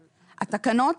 התקנות,